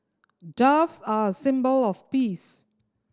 doves are a symbol of peace